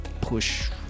push